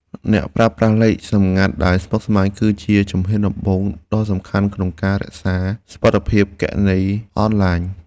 ការប្រើប្រាស់លេខសម្ងាត់ដែលស្មុគស្មាញ គឺជាជំហានដំបូងដ៏សំខាន់ក្នុងការរក្សាសុវត្ថិភាពគណនីអនឡាញ។